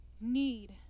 need